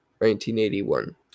1981